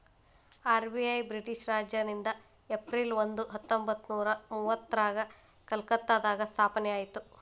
RBI British ರಾಜನಿಂದ April ಒಂದ ಹತ್ತೊಂಬತ್ತನೂರ ಮುವತ್ತೈದ್ರಾಗ ಕಲ್ಕತ್ತಾದಾಗ ಸ್ಥಾಪನೆ ಆಯ್ತ್